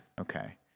okay